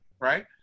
right